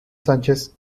sánchez